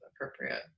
appropriate